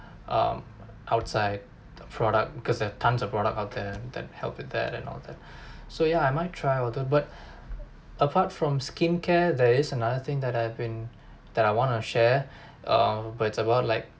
um outside product because they're tons of product out there that help it that and all that so yeah I might try although but apart from skincare there is another thing that I've been that I want to share um but it's about like